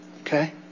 okay